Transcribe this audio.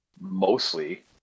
mostly